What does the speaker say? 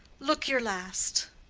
look your last!